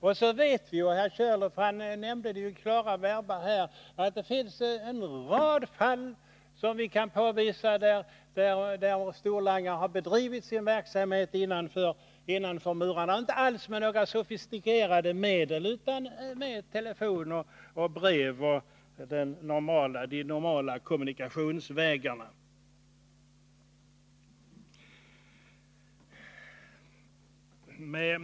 Vi vet ju — herr Körlof nämnde det i klara verba —att det finns en rad fall där storlangare bevisligen har bedrivit sin verksamhet innanför murarna och inte alls med några sofistikerade medel utan med telefon och brev, på de normala kommunikationsvägarna.